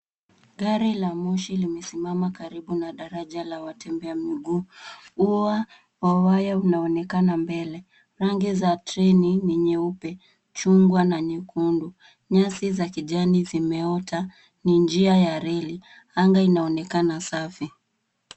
Gari la moshi limesimama karibu na daraja la watembea miguu. Ua wa waya unaonekana mbele. Rangi za treni ni nyeupe, chungwa na nyekundu. Nyasi za kijani zimeota. Ni njia ya reli. Anga inaonekana safi.